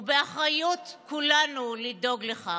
ובאחריות כולנו לדאוג לכך.